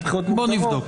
לבחירות מוקדמות.